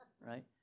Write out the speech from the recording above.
right